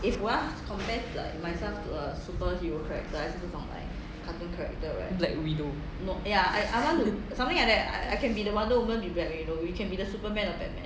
black widow